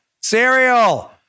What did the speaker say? cereal